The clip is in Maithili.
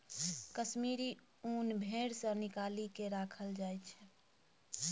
कश्मीरी ऊन भेड़ सँ निकालि केँ राखल जाइ छै